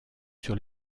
sur